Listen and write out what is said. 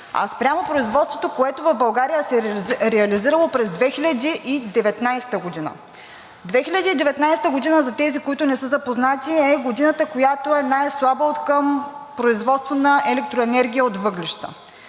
а спрямо производството, което в България се е реализирало през 2019 г. 2019 г. – за тези, които не са запознати, е годината, която е най-слаба откъм производство на електроенергия от въглища,